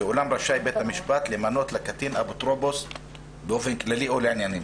ואולם רשאי בית המשפט למנות לקטין אפוטרופוס באופן כללי או לעניינים